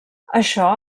això